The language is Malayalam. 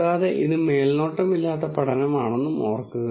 കൂടാതെ ഇത് മേൽനോട്ടമില്ലാത്ത പഠനമാണെന്നും ഓർക്കുക